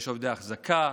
יש עובדי אחזקה,